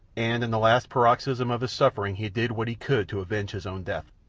and in the last paroxysm of his suffering he did what he could to avenge his own death.